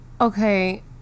Okay